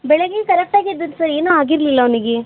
ಬೆಳಗ್ಗೆ ಕರೆಕ್ಟಾಗಿ ಇದ್ದದ್ದ ಸರ್ ಏನೂ ಆಗಿರಲಿಲ್ಲ ಅವ್ನಿಗೆ